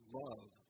love